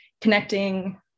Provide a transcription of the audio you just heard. connecting